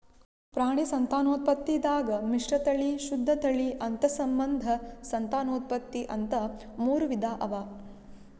ಪ್ರಾಣಿ ಸಂತಾನೋತ್ಪತ್ತಿದಾಗ್ ಮಿಶ್ರತಳಿ, ಶುದ್ಧ ತಳಿ, ಅಂತಸ್ಸಂಬಂಧ ಸಂತಾನೋತ್ಪತ್ತಿ ಅಂತಾ ಮೂರ್ ವಿಧಾ ಅವಾ